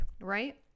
right